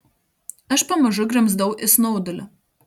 aš pamažu grimzdau į snaudulį